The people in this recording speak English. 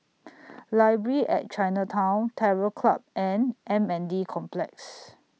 Library At Chinatown Terror Club and M N D Complex